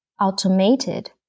automated